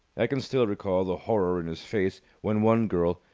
i can still recall the horror in his face when one girl,